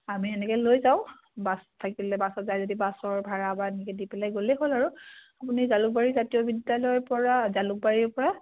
আমি এনেকৈ লৈ যাওঁ বাছ থাকিলে বাছত যায় যদি বাছৰ ভাড়া বা এনেকৈ দি পেলাই গ'লেই হ'ল আৰু আপুনি জালুকবাৰী জাতীয় বিদ্যালয়ৰ পৰা জালুকবাৰীৰ পৰা